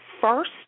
first